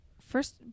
first